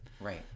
Right